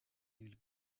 hill